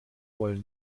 wollen